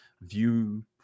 View